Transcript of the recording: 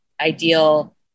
ideal